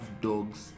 dogs